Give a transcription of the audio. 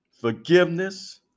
forgiveness